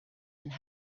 and